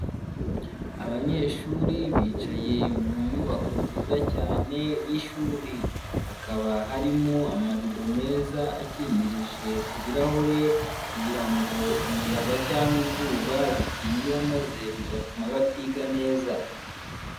Abanyeshuri bicaye mu nyubako nziza cyane y'ishuri, hakaba harimo amarido meza akingirije ku birahure kugira ngo umuyaga cyangwa izuba bitinjira maze bigatuma batiga neza.